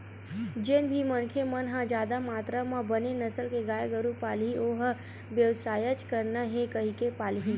जेन भी मनखे मन ह जादा मातरा म बने नसल के गाय गरु पालही ओ ह बेवसायच करना हे कहिके पालही